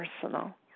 personal